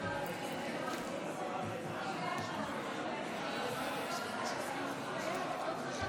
עודד פורר וקבוצת חברי הכנסת.